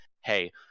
hey